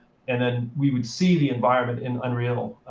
and then we would see the environment in unreal.